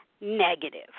negative